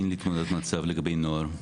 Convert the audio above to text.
אין לי תמונת מצב לגבי נוער.